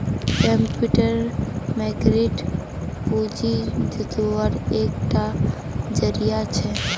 capital market पूँजी जुत्वार एक टा ज़रिया छे